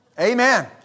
Amen